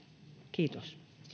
kiitos